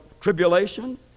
tribulation